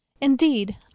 indeed